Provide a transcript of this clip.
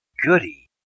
goody